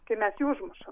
kai mes jį užmušam